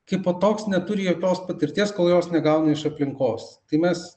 kaipo toks neturi jokios patirties kol jos negauna iš aplinkos tai mes